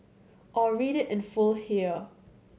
or read it in full here